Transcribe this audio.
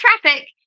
traffic